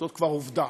זו כבר עובדה.